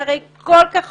זה הרי כל כך